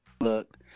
look